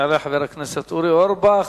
יעלה חבר הכנסת אורי אורבך,